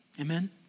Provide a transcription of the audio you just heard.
amen